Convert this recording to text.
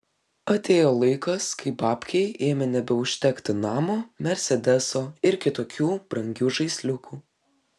atėjo laikas kai babkei ėmė nebeužtekti namo mersedeso ir kitokių brangių žaisliukų